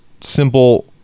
simple